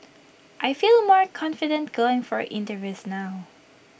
I feel more confident going for interviews now